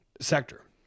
sector